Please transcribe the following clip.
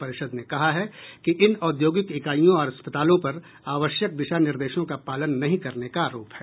परिषद ने कहा है कि इन औद्योगिक इकाईयों और अस्पतालों पर आवश्यक दिशा निर्देशों का पालन नहीं करने का आरोप है